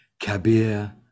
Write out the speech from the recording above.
Kabir